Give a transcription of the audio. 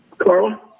Carla